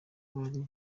bari